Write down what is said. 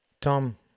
Tom